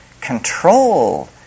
Control